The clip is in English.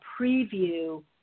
preview